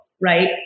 right